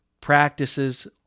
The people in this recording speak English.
practices